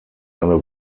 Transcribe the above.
eine